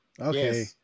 Okay